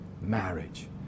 marriage